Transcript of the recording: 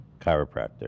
chiropractor